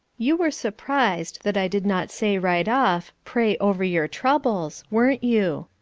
you were surprised that i did not say right off, pray over your troubles weren't you?